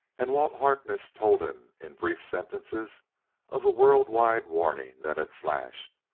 and walt harkness told him in brief sentences of the world-wide warning that had flashed,